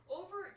over